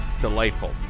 delightful